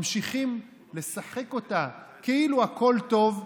ממשיכים לשחק אותה כאילו הכול טוב,